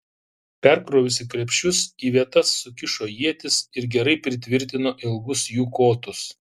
perkrovusi krepšius į vietas sukišo ietis ir gerai pritvirtino ilgus jų kotus